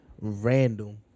random